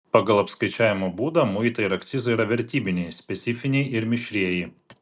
pagal apskaičiavimo būdą muitai ir akcizai yra vertybiniai specifiniai ir mišrieji